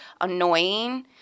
annoying